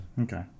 Okay